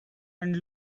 and